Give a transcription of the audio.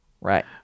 Right